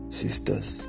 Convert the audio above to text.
sisters